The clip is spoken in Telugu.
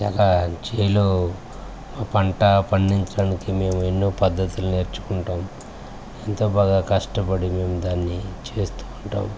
చాలా చేలల్లో పంట పండించడానికి మేము ఎన్నో పద్ధతులను నేర్చుకుంటాం ఎంతో బాగా కష్టపడి మేము దాన్ని చేస్తూ ఉంటాం